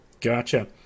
Gotcha